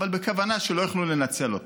אבל בכוונה שלא יוכלו לנצל אותם.